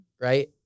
right